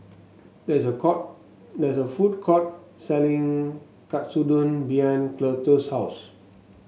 there is a court there is a food court selling Katsudon behind Cletus' house